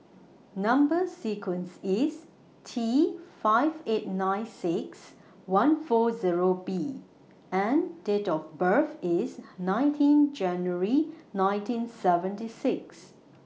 Number sequence IS T five eight nine six one four Zero B and Date of birth IS nineteen January nineteen seventy six